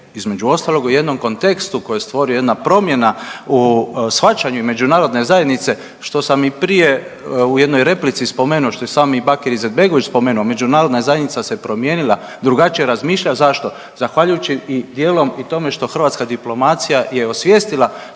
između ostalog u jednom kontekstu koje je stvorio jedna promjena u shvaćanju i međunarodne zajednice što sam i prije u jednoj replici, što je i sam Bakir Izetbegović spomenuo, međunarodna zajednica se promijenila drugačije razmišlja. A zašto? Zahvaljujući i dijelom i tome što hrvatska diplomacija je osvijetlila